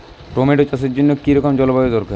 Tomato চাষের জন্য কি রকম জলবায়ু দরকার?